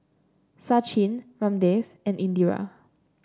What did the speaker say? Sachin Ramdev and Indira